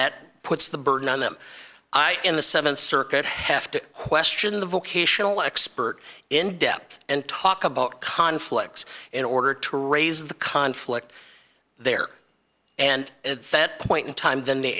that puts the burden on them i in the th circuit have to question the vocational expert in depth and talk about conflicts in order to raise the conflict there and at that point in time then the